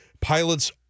Pilots